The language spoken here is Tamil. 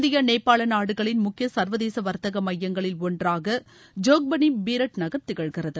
இந்தியா நேபாளநாடுகளின் முக்கியசர்வதேசவர்த்தகமையங்களில் ஒன்றாகஜோக்பனி பீரட்நகர் திகழ்கிறது